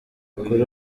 kuri